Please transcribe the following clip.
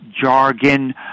jargon